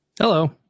Hello